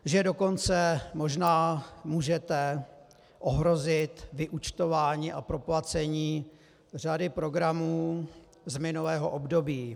Že dokonce možná můžete ohrozit vyúčtování a proplacení řady programů z minulého období.